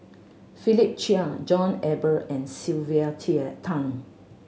Philip Chia John Eber and Sylvia Tan